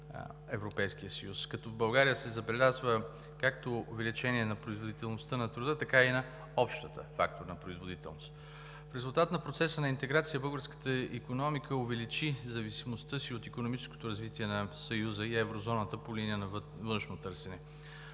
Европейския съюз, като в България се забелязва както увеличение на производителността на труда, така и на общия фактор производителност. В резултат на процеса на интеграция българската икономика увеличи зависимостта от икономическото развитие на Съюза и Еврозоната по линия на външно търсене.